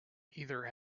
either